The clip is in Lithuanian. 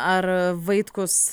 ar vaitkus